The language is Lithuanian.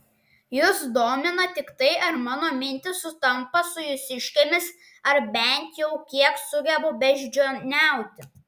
jus domina tik tai ar mano mintys sutampa su jūsiškėmis ar bent jau kiek sugebu beždžioniauti